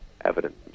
evidence